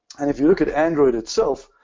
and if you look at android itself,